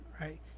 right